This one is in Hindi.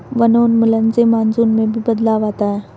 वनोन्मूलन से मानसून में भी बदलाव आता है